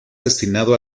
destinado